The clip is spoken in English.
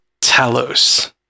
Talos